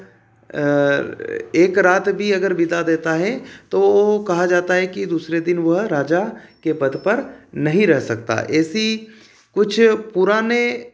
एक रात भी अगर बिता देता है तो कहा जाता है कि दूसरे दिन वह राजा के पद पर नहीं रह सकता ऐसी कुछ पुराने